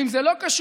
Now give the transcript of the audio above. האם זה לא קשור?